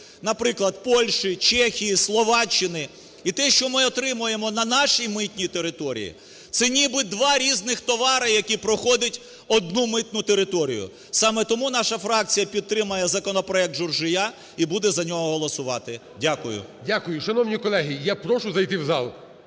наприклад, Польщі, Чехії, Словаччини і те, що ми отримуємо на нашій митні території це ніби два різні товари, які проходять одну митну територію. Саме тому наша фракція підтримає законопроект Журжія і буде за нього голосувати. Дякую. ГОЛОВУЮЧИЙ. Дякую. Шановні колеги, я прошу зайти в зал.